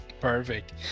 Perfect